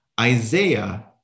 Isaiah